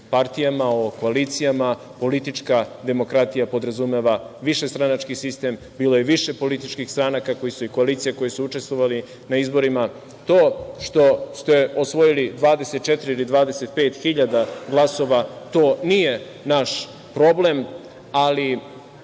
o koalicijama. Politička demokratija podrazumeva višestranački sistem. Bilo je više političkih stranaka i koalicija koje su učestvovale na izborima. To što ste osvojili 24 ili 25 hiljada glasova, to nije naš problem, ali